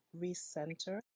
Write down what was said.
recenter